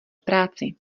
práci